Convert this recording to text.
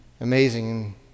Amazing